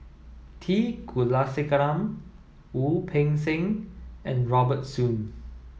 T Kulasekaram Wu Peng Seng and Robert Soon